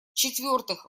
четвертых